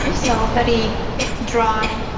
um so a very dry,